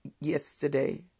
yesterday